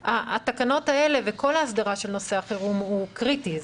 התקנות האלה וכל ההסדרה של נושא החירום הן קריטיות.